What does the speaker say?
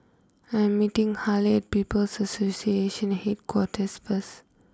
I am meeting Harlie at People's Association Headquarters first